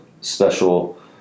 special